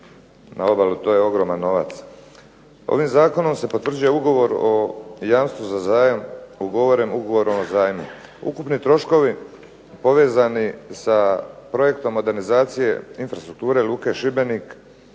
na obalu. To je ogroman novac. Ovim zakonom se potvrđuje ugovor o jamstvu za zajam ugovoren ugovorom o zajmu. Ukupni troškovi povezani sa projektom modernizacije infrastrukture Luke Šibenik